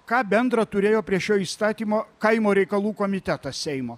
ką bendra turėjo prie šio įstatymo kaimo reikalų komitetas seimo